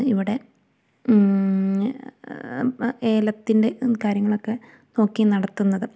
ഇവിടെ ഏലത്തിൻ്റെ കാര്യങ്ങളൊക്കെ നോക്കി നടത്തുന്നത്